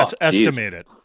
Estimated